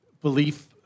belief